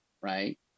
right